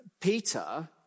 Peter